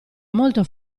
molto